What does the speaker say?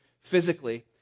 physically